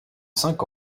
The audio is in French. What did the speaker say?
cinq